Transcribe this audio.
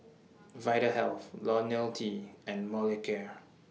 Vitahealth Ionil T and Molicare